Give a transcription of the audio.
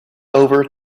over